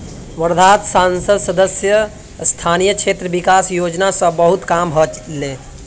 वर्धात संसद सदस्य स्थानीय क्षेत्र विकास योजना स बहुत काम ह ले